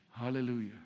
Hallelujah